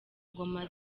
ngoma